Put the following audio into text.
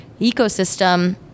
ecosystem